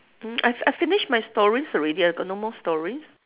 mm I I finish my stories already I got no more stories